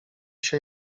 się